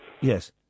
Yes